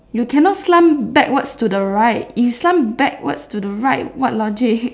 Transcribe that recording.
you cannot slant backwards to the right you slant backwards to the right what logic